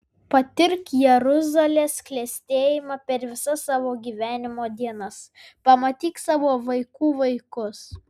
patirk jeruzalės klestėjimą per visas savo gyvenimo dienas pamatyk savo vaikų vaikus